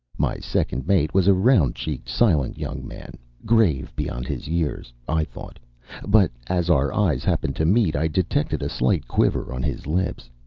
my second mate was a round-cheeked, silent young man, grave beyond his years, i thought but as our eyes happened to meet i detected a slight quiver on his lips.